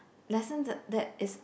lessons th~ that is